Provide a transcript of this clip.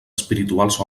espirituals